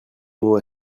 mot